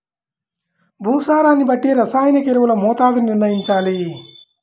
భూసారాన్ని బట్టి రసాయనిక ఎరువుల మోతాదుని నిర్ణయంచాలి